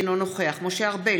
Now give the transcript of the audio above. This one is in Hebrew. אינו נוכח משה ארבל,